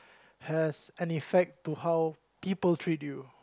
has an effect to how people treat you